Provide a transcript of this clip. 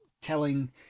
telling